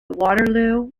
waterloo